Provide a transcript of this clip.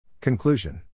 Conclusion